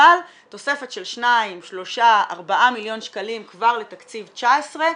אבל תוספת של 2,3,4 מיליון שקלים כבר לתקציב 2019,